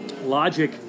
Logic